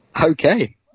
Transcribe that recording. Okay